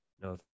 No